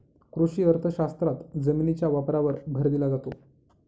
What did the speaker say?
कृषी अर्थशास्त्रात जमिनीच्या वापरावर भर दिला जातो